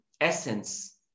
essence